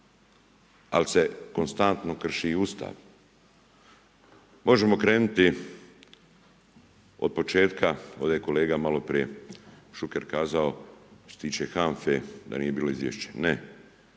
Ali, se konstantno krši i Ustav. Možemo krenuti od početka. Ovdje je kolega malo prije Šuker kazao što se tiče HANFA-e da nije bilo izvješća. Ne,